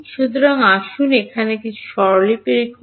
সুতরাং আসুন এখানে কিছু স্বরলিপি লিখুন